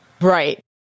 Right